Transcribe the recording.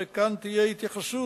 וכאן תהיה התייחסות